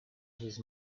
his